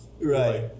right